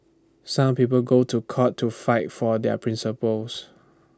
some people go to court to fight for their principles